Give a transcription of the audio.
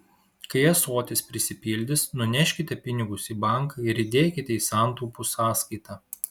kai ąsotis prisipildys nuneškite pinigus į banką ir įdėkite į santaupų sąskaitą